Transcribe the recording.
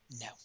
No